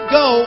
go